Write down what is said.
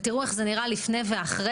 תראו איך זה נראה לפני ואחרי.